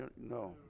no